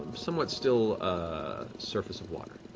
somewhat still ah surface of water.